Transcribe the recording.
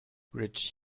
rich